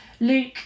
Luke